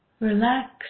relax